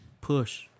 push